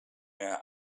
her